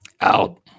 Out